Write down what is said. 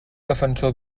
defensor